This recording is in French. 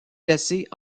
placée